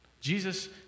Jesus